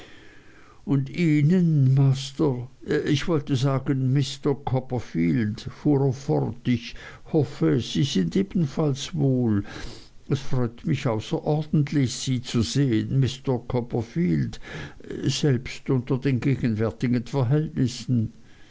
und ihnen master ich wollte sagen mister copperfield fuhr er fort ich hoffe sie sind ebenfalls wohl es freut mich außerordentlich sie zu sehen mister copperfield selbst unter den gegenwärtigen verhältnissen